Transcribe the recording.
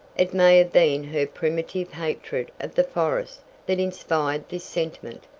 it may have been her primitive hatred of the forest that inspired this sentiment,